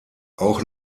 auch